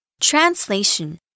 Translation